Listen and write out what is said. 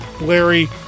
Larry